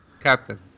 Captain